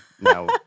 No